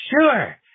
sure